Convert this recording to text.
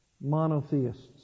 monotheists